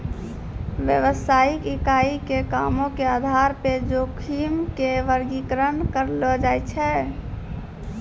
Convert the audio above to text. व्यवसायिक इकाई के कामो के आधार पे जोखिम के वर्गीकरण करलो जाय छै